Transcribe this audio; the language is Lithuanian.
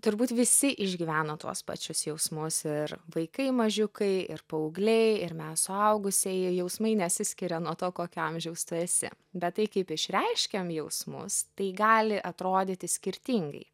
turbūt visi išgyvena tuos pačius jausmus ir vaikai mažiukai ir paaugliai ir mes suaugusieji jausmai nesiskiria nuo to kokio amžiaus tu esi bet tai kaip išreiškiam jausmus tai gali atrodyti skirtingai